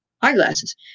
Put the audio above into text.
eyeglasses